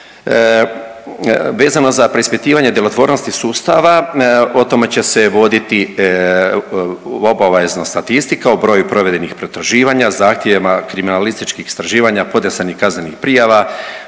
Vezano za preispitivanje djelotvornosti sustava o tome će se voditi obavezno statistika o broju provedenih potraživanja zahtjevima kriminalističkih istraživanja, podnesenih kaznenih prijava,